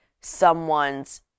someone's